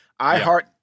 iHeart